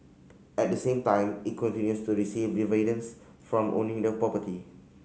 at the same time it continues to receive dividends from owning the property